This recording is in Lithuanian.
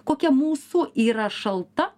kokia mūsų yra šalta